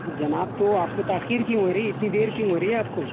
جناب تو آپ کو تاخیر کیوں ہو رہی ہے اتنی دیر کیوں ہو رہی ہے آپ کو